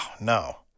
no